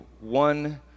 one